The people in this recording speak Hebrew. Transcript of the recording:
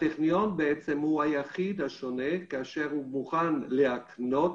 הטכניון הוא היחיד השונה כאשר הוא מוכן להתנות